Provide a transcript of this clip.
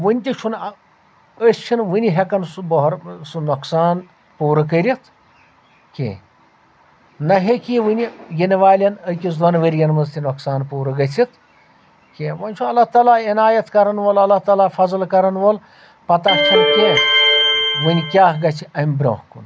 ونہِ تہِ چھُنہٕ أسۍ چھِنہٕ وٕنہِ ہؠکان سُہ بہر سُہ نۄقصان پوٗرٕ کٔرِتھ کینٛہہ نہ ہیٚکہِ یہِ وٕنہِ یِنہٕ والؠن أکِس دۄن ؤرۍ یَن منٛز تہِ نۄقصان پوٗرٕ گٔژھِتھ کینٛہہ وۄنۍ چھُ اللہ تعالیٰ عِنایت کَرَن وول اللہ تعالیٰ فَضل کَرَن وول پتاہ چھنہٕ کیٚنہہ وٕنہِ کیٛاہ گژھِ امہِ برونٛہہ کُن